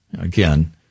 again